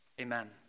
Amen